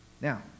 now